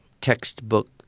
textbook